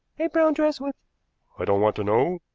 a brown dress with i don't want to know,